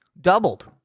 doubled